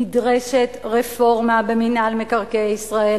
נדרשת רפורמה במינהל מקרקעי ישראל,